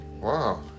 Wow